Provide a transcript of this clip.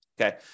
Okay